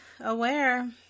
aware